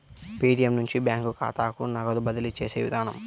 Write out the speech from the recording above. Paytm నుంచి bank ఖాతాకు నగదు బదిలీ చేసే విధానం